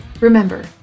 Remember